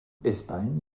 espagne